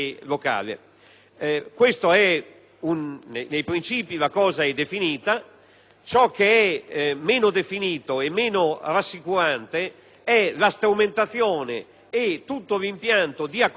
Ciò che è meno definito e meno rassicurante è la strumentazione e tutto l'impianto di accompagnamento che devono assecondare il processo per realizzare l'obiettivo.